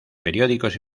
periódicos